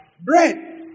Bread